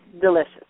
Delicious